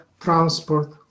transport